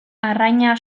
arraina